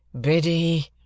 Biddy